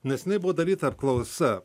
nesenai buvo daryta apklausa